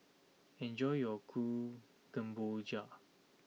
enjoy your Kuih Kemboja